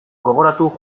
gogoratu